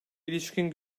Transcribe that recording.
ilişkin